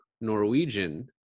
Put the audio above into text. Norwegian